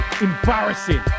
Embarrassing